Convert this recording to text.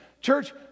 Church